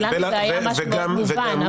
לנו זה היה משהו מאוד מובן.